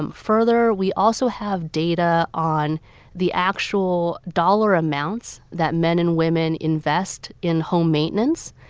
um further, we also have data on the actual dollar amounts that men and women invest in home maintenance,